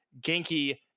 Genki